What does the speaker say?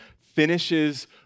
finishes